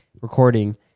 Recording